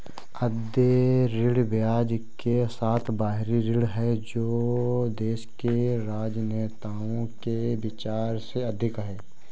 अदेय ऋण ब्याज के साथ बाहरी ऋण है जो देश के राजनेताओं के विचार से अधिक है